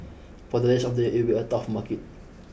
for the rest of the year it will a tough market